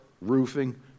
roofing